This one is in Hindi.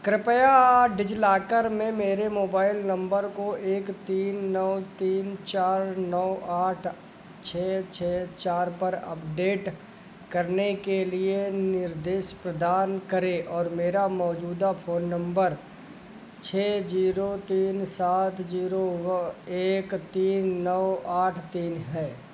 कृपया डिज़िलॉकर में मेरे मोबाइल नम्बर को एक तीन नौ तीन चार नौ आठ छह छह चार पर अपडेट करने के लिए निर्देश प्रदान करें और मेरा मौजूदा फ़ोन नम्बर छह ज़ीरो तीन सात ज़ीरो एक तीन नौ आठ तीन है